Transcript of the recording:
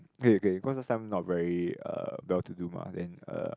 okay okay cause last time not very uh well to do mah then uh